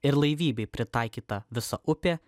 ir laivybai pritaikyta visa upė